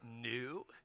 new